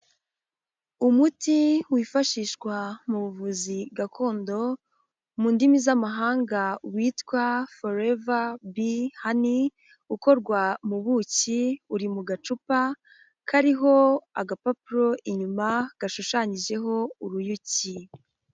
Umuti wifashishwa mu buvuzi gakondo, mu ndimi z'amahanga witwa. ''Forever Bee Honey''. ukorwa mu buki uri mu gacupa kariho agapapuro inyuma gashushanyijeho uruyuki.